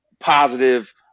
positive